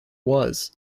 was